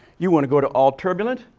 you want to go to all turbulent.